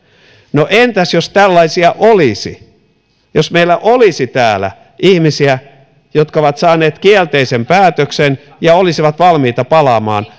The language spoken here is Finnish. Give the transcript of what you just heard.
no entäs jos tällaisia olisi jos meillä olisi täällä ihmisiä jotka ovat saaneet kielteisen päätöksen ja olisivat valmiita palaamaan